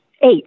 Eight